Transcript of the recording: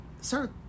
sir